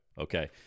okay